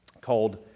called